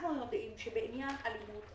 אנחנו יודעים שבעניין אלימות,